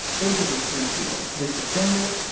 basically, three fields. there's the sender,